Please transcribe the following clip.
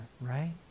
right